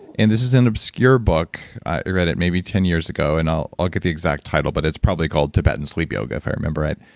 and this is an obscure book. i read it maybe ten years ago and i'll i'll get the exact title, but it's probably called tibetan sleep yoga if i remember right.